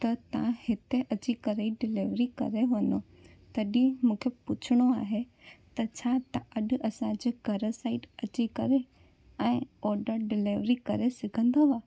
त तव्हां हिते अची करे डिलेवरी करे वञो तॾहिं मूंखे पुछिणो आहे त छा तव्हां अॼु असांजे घरु साइड अची करे ऐं ऑडर डिलेवरी करे सघंदव